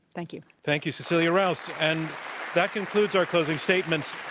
thank you. thank you, cecilia rouse. and that concludes our closing statements.